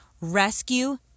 rescue